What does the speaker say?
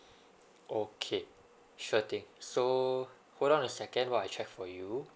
okay sure thing so hold on a second while I check for you